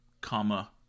comma